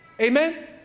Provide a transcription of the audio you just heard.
Amen